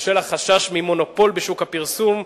בשל החשש ממונופול בשוק הפרסום,